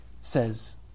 says